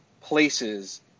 places